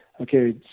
Okay